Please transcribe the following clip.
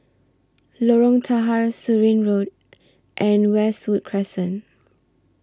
Lorong Tahar Surin Road and Westwood Crescent